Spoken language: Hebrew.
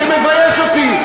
זה מבייש אותי.